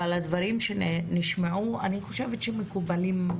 אבל הדברים שנשמעו על ידי חברת הכנסת מיכל רוזין מקובלים.